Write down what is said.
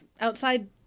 outside